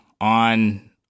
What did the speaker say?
on